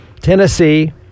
Tennessee